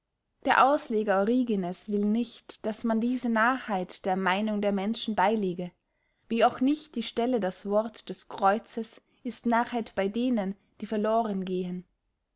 der ausleger origines will nicht daß man diese narrheit der meynung der menschen beylege wie auch nicht die stelle das wort des kreuzes ist narrheit bey denen die verlohren gehen